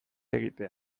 egitea